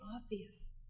obvious